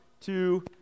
two